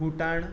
Bhutan